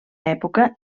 època